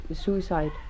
suicide